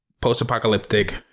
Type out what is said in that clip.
post-apocalyptic